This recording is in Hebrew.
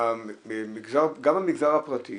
שגם במגזר הפרטי